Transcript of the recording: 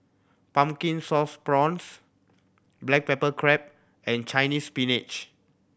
Pumpkin Sauce Prawns black pepper crab and Chinese Spinach